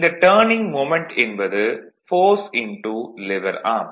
இந்த turning moment என்பது force lever arm